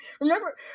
Remember